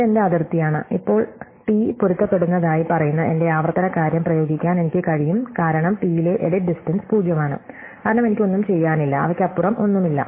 ഇത് എന്റെ അതിർത്തിയാണ് ഇപ്പോൾ t പൊരുത്തപ്പെടുന്നതായി പറയുന്ന എന്റെ ആവർത്തന കാര്യം പ്രയോഗിക്കാൻ എനിക്ക് കഴിയും കാരണം ടിയിലെ എഡിറ്റ് ഡിസ്റ്റ്ടെൻസ് പൂജ്യമാണ് കാരണം എനിക്ക് ഒന്നും ചെയ്യാനില്ല അവയ്ക്കപ്പുറം ഒന്നും ഇല്ല